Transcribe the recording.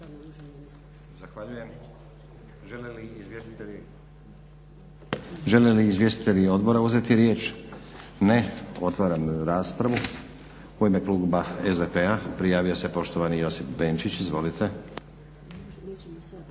Zahvaljujem. Žele li izvjestitelji odbora uzeti riječ? Ne. Otvaram raspravu. U ime Kluba SDP-a prijavio se poštovani Josip Benčić. Izvolite.